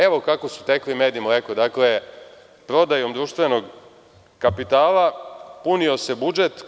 Evo kako su tekli med i mleko – prodajom društvenog kapitala punio se budžet.